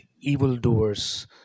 evildoers